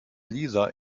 lisa